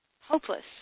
hopeless